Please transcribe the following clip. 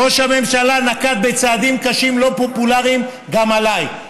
ראש הממשלה נקט צעדים קשים לא פופולריים גם עליי: